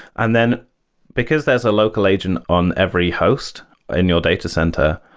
and then because there's a local agent on every host in your data center,